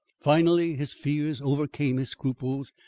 finally his fears overcame his scruples,